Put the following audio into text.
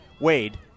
Wade